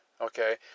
okay